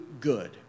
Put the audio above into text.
good